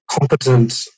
competent